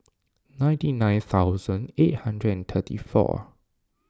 ninety nine thousand eight hundred and thirty four